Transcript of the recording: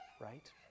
right